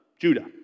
Judah